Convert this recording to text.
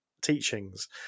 teachings